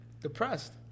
depressed